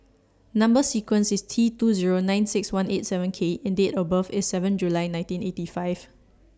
Number sequence IS T two Zero nine six one eight seven K and Date of birth IS seven July nineteen eighty five